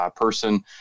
person